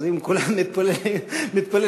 אז אם כולם מתפללים יחד,